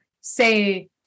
say